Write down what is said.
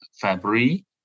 February